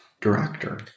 director